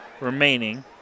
remaining